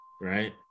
right